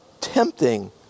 tempting